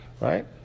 Right